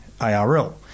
ARL